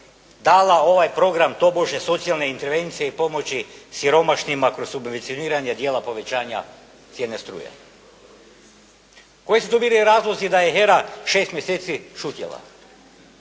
dala ovaj program tobože socijalne intervencije i pomoći siromašnima kroz subvencioniranje dijela povećanja cijene struje. Koji su to bili razlozi da je HERA šest mjeseci šutjela?